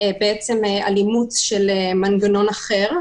על אימוץ של מנגנון אחר,